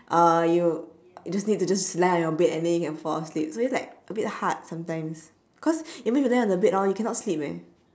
uh you you just need to just lie on your bed and then you can fall asleep so it's like a bit hard sometimes cause even if you lie on the bed hor you cannot sleep eh